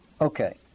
Okay